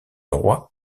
roi